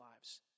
lives